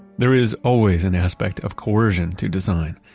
there is always an aspect of coercion to design.